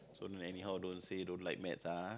so don't anyhow don't say don't like maths ah